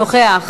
נוכח.